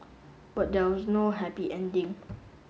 but there was no happy ending